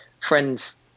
friends